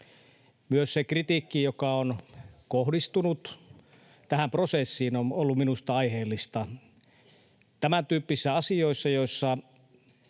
Myös se kritiikki, joka on kohdistunut tähän prosessiin, on ollut minusta aiheellista. Tämän tyyppisissä asioissa, joissa